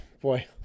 boy